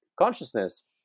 consciousness